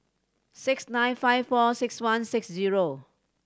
six nine five four six one six zero